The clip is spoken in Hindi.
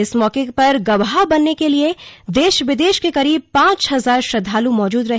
इस मौके का गवाह बनने के लिए देश विदेश के करीब पांच हजार श्रद्धाल् मौजूद रहे